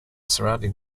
surrounding